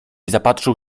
zapatrzył